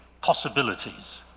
possibilities